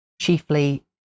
Chiefly